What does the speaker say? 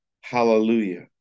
hallelujah